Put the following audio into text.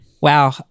wow